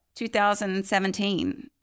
2017